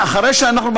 אחרי שאנחנו,